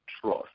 trust